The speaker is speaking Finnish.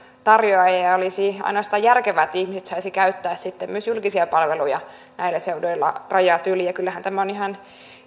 tarjoaja saattaa olla siinä naapurimaassa ja olisi ainoastaan järkevää että ihmiset saisivat käyttää sitten myös julkisia palveluja näillä seuduilla rajojen yli kyllähän tämä on ihan